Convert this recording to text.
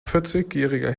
vierzigjähriger